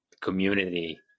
community